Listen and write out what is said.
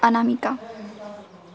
अनामिका